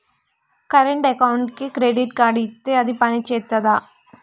Current అకౌంట్కి credit card ఇత్తే అది పని చేత్తదా?